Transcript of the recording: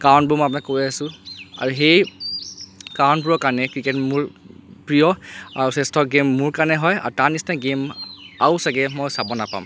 কাৰণটো মই আপোনাক কৈ আছোঁ আৰু সেই কাৰণবোৰৰ কাৰণে ক্ৰিকেট মোৰ প্ৰিয় আৰু শ্ৰেষ্ঠ গেইম মোৰ কাৰণে হয় আৰু তাৰ নিচিনা গেইম আৰু ছাগৈ মই চাব নাপাম